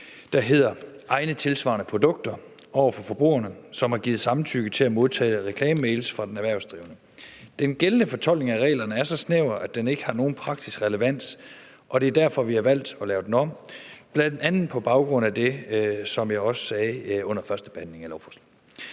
der hedder egne tilsvarende produkter, over for forbrugerne, som har givet samtykke til at modtage reklamemails fra den erhvervsdrivende. Den gældende fortolkning af reglerne er så snæver, at den ikke har nogen praktisk relevans, og vi har derfor valgt at lave den om og bl.a. gøre det på baggrund af det, som jeg også sagde under førstebehandlingen af lovforslaget.